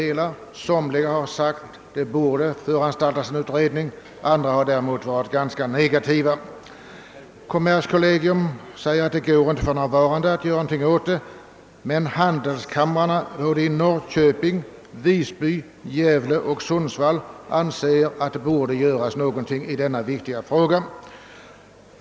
Några har skrivit att en utredning borde företas, medan andra däremot har ställt sig negativa till förslaget. Kommerskollegium skriver att det för närvarande inte går att göra något åt denna sak, medan handelskamrarna i Norrköping, Visby, Gävle och Sundsvall tillstyrker vår hemställan.